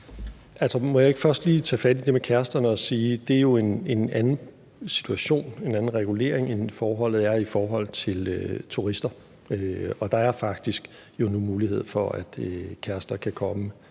må jeg ikke først lige tage fat i det med kæresterne og sige, at det jo er en anden situation og en anden regulering, end forholdet er med hensyn til turister. Og der er jo faktisk nu mulighed for, at kærester kan komme